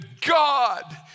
God